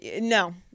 no